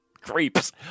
creeps